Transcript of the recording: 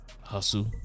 Hustle